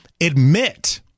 admit